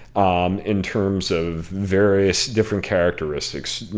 um in terms of various different characteristics